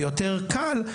ויותר קל.